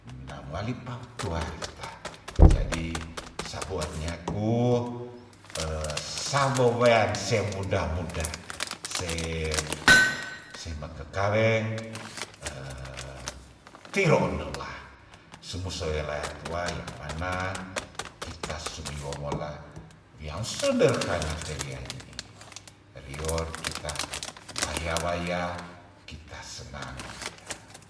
Mina moali patuarita jadi sabuat nyaku sabowean semudah- mudah sem semeke kaweng tiroon nela sumu soi layak tuayang mana tita sumiwo mola wiang sederhana tewia nyiih rior kita baya waya kita senang waya.